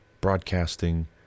broadcasting